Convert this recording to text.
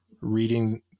reading